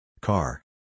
Car